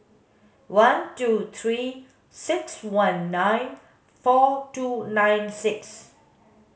one two three six one nine four two nine six